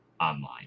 online